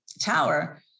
tower